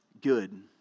good